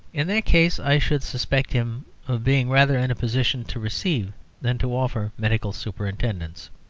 in that case i should suspect him of being rather in a position to receive than to offer medical superintendence.